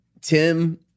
Tim